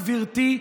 גברתי,